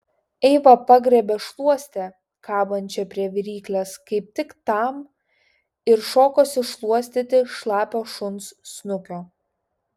eiva pagriebė šluostę kabančią prie viryklės kaip tik tam ir šokosi šluostyti šlapio šuns snukio